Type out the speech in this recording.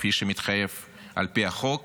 כפי שמתחייב על פי החוק